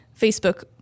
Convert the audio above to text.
Facebook